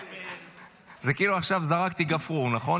זה כאילו עכשיו זרקתי גפרור, נכון?